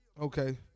Okay